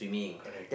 correct